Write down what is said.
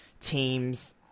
teams